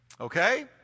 Okay